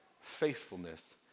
faithfulness